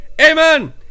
Amen